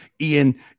Ian